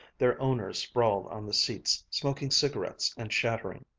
their owners sprawled on the seats, smoking cigarettes and chattering.